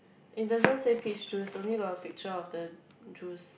it doesn't say peach juice only got a picture of the juice